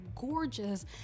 gorgeous